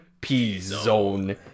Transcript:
P-Zone